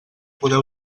poder